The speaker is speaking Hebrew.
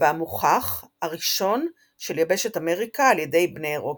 והמוכח הראשון של יבשת אמריקה על ידי בני אירופה.